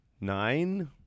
nine